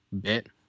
bit